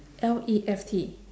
L E F T